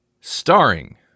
Starring